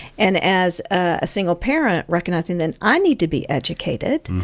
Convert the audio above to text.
and as a single parent, recognizing that i need to be educated,